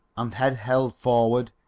and head held forward,